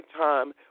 time